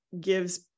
gives